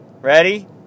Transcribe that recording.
ready